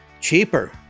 cheaper